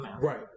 Right